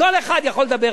כל אחד יכול לדבר.